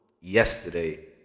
yesterday